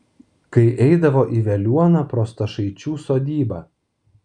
kai eidavo į veliuoną pro stašaičių sodybą